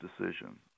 decision